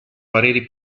pareri